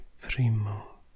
primo